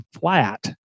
flat